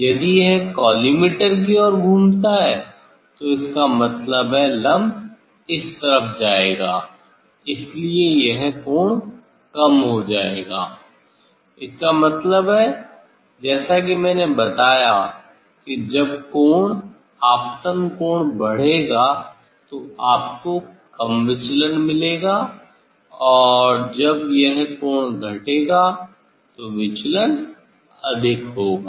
यदि यह कॉलीमेटर की ओर घूमता है तो इसका मतलब है लम्ब इस तरफ जाएगा इसलिए यह कोण कम हो जाएगा इसका मतलब है जैसा कि मैंने बताया कि जब कोण आपतन कोण बढ़ेगा तो आपको कम विचलन मिलेगा जब यह कोण घटेगा तो यह विचलन अधिक होगा